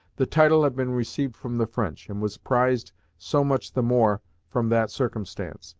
the title had been received from the french, and was prized so much the more from that circumstance,